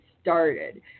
started